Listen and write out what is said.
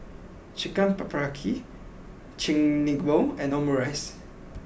Chicken Paprikas Chigenabe and Omurice